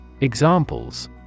Examples